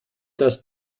das